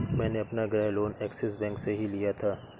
मैंने अपना गृह लोन ऐक्सिस बैंक से ही लिया था